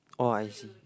oh I see